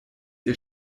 ihr